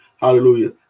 Hallelujah